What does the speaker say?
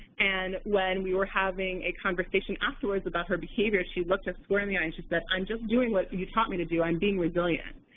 and when we were having a conversation afterwards about her behavior she looked us square in the eye and she said, i'm just doing what you taught me to do i'm being resilient.